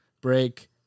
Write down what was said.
break